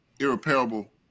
irreparable